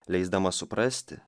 leisdama suprasti